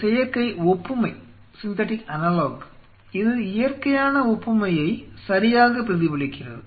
ஒரு செயற்கை ஒப்புமை இது இயற்கையான ஒப்புமையை சரியாக பிரதிபலிக்கிறது